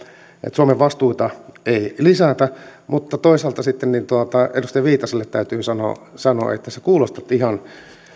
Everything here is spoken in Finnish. suomen vastuita ei lisätä mutta toisaalta sitten edustaja viitaselle täytyy sanoa sanoa että sinä kuulostat ihan